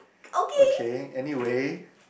okay anyway